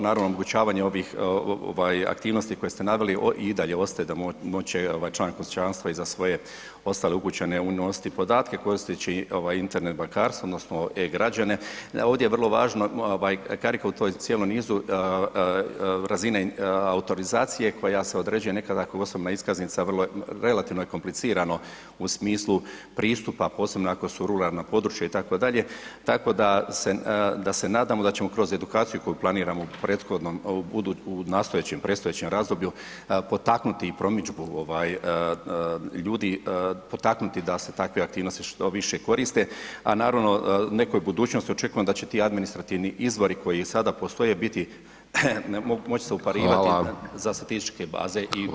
Naravno, omogućavanje ovih aktivnosti koje ste naveli i dalje ostaje da moći će član kućanstva i za svoje ostale ukućane unositi podatke koristeći Internet bankarstvo odnosno e-Građane, ovdje je vrlo važna karika u tom cijelom nizu razine autorizacije koja se određuje nekada kao osobna iskaznica, relativno je komplicirano u smislu pristupa posebno ako su ruralna područja itd., tako da se nadamo da ćemo kroz edukaciju koju planiramo u nastojećem, predstojećem razdoblju potaknuti i promidžbu ljudi, potaknuti da se takve aktivnosti što više koriste a naravno u nekoj budućnosti očekujem da će ti administrativni izvori koji sada postoje biti, moći se uparivati za statističke baze i popis stanovništva.